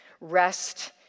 rest